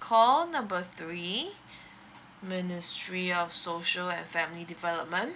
call number three ministry of social and family development